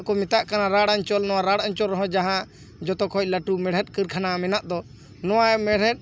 ᱠᱚ ᱢᱮᱛᱟᱜ ᱠᱟᱱᱟ ᱨᱟᱲ ᱚᱧᱪᱚᱞ ᱱᱚᱣᱟ ᱨᱟᱲ ᱚᱧᱪᱚᱞ ᱨᱮᱦᱚᱸ ᱡᱟᱦᱟᱸ ᱡᱚᱛᱚ ᱠᱷᱚᱱ ᱞᱟᱴᱩ ᱢᱮᱲᱦᱮᱫ ᱠᱟᱹᱨᱠᱷᱟᱱᱟ ᱢᱮᱱᱟᱜ ᱫᱚ ᱱᱚᱣᱟ ᱢᱮᱲᱦᱮᱫ